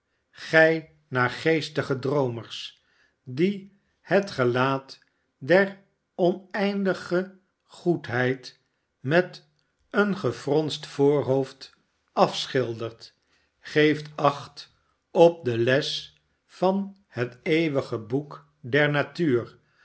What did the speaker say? gij naargeestige droomers die het gelaat der oneindige goedheid met een gefronst voorhoofd afschildert geeft acht op de les van het eeuwige boek der natuur